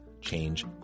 Change